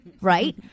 right